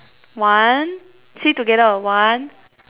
one say together one